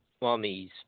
mummies